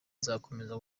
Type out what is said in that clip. nzakomeza